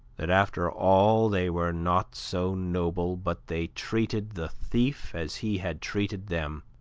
that after all they were not so noble but they treated the thief as he had treated them,